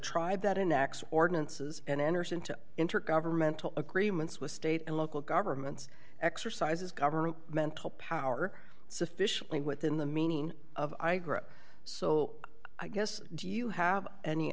tribe that annex ordinances and enters into intergovernmental agreements with state and local governments exercises government mental power sufficiently within the meaning of i grew up so i guess do you have any